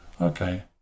okay